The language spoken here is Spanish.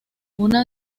una